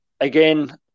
again